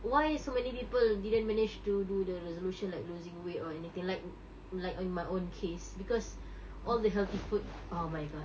why so many people didn't manage to do the resolution like losing weight or anything like like in my own case because all the healthy food oh my god